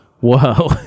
Whoa